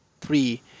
three